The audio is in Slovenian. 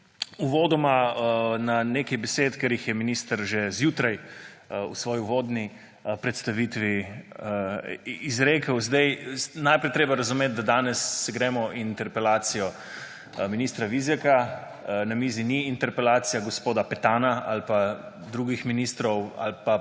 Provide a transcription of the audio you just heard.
oprl na nekaj besed, ki jih je minister izrekel že zjutraj v svoji uvodni predstavitvi. Najprej je treba razumeti, da se danes gremo interpelacijo ministra Vizjaka, na mizi ni interpelacija gospoda Petana ali pa drugih ministrov ali pa